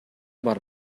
бар